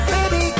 Baby